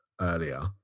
earlier